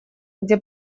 где